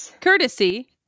courtesy